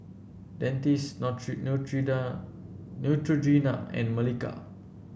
Dentiste Neutrogena and Molicare